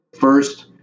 First